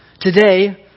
today